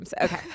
Okay